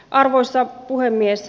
arvoisa puhemies